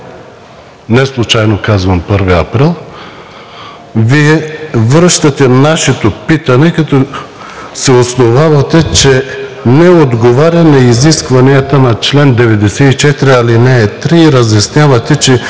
неслучайно казвам 1 април, Вие връщате нашето питане, като се основавате, че не отговаря на изискванията на чл. 94, ал. 3 и разяснявате, че